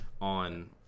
on